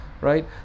right